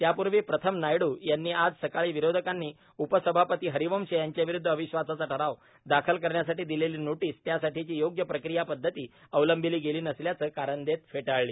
त्यापूर्वी प्रथम नायडू यांनी आज सकाळी विरोधकांनी उपसभापती हरिवंश यांच्याविरुद्ध अविश्वासाचा ठराव दाखल करण्यासाठी दिलेली नोटीस त्यासाठीची योग्य प्रक्रिया पद्धती अवलंबिली गेली नसल्याचं कारण देत फेटाळली